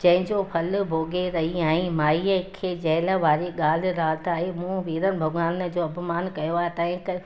जंहिं जो फल भोॻे रही आहीं माईअ खे जेल वारी ॻाल्हि यादि आई मूं वीरल भॻवान जो अपमानु कयो आहे तंहिं करे